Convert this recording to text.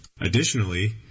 Additionally